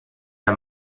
der